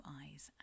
eyes